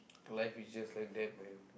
life is just like that man